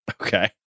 okay